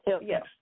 Yes